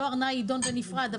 דואר נע יידון בנפרד.